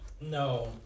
No